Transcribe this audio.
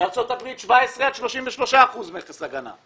בארצות הברית, 17 עד 33 אחוזים מכס הגנה.